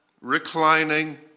reclining